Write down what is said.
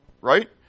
right